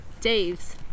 Dave's